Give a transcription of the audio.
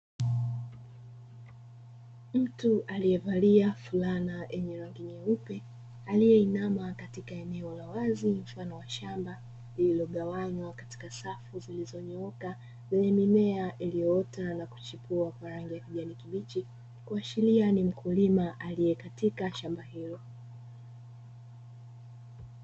Mtu aliyevalia fulana yenye rangi nyeupe, aliyeinama katika eneo la wazi mfano wa shamba, lililogawanywa katika safu zilizonyooka yenye mimea iliyoota na kuchipua kwa rangi ya kijani kibichi, kuashiria ni mkulima aliye katika shamba hilo.